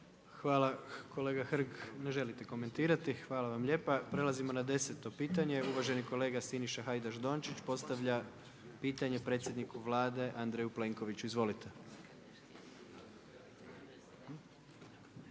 Hvala kolega Hrg, ne želite komentirati, hvala vam lijepa. **Jandroković, Gordan (HDZ)** Prelazimo na 10.-to pitanje, uvaženi kolega Siniša Hajdaš-Dončić, postavlja pitanje predsjedniku Vlade Andreju Plenkoviću. **Hajdaš